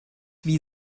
wie